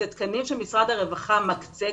אלה תקנים שמשרד הרווחה מקצה.